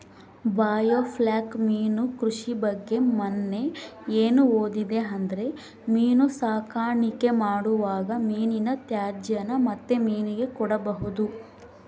biofloc ಮೀನು ಕೃಷಿ ಬಗ್ಗೆ ಮನ್ನೆ ಏನು ಓದಿದೆ ಅಂದ್ರೆ ಮೀನು ಸಾಕಾಣಿಕೆ ಮಾಡುವಾಗ ಮೀನಿನ ತ್ಯಾಜ್ಯನ ಮತ್ತೆ ಮೀನಿಗೆ ಕೊಡಬಹುದು